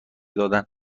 دادن